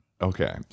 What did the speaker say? Okay